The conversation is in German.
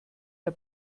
der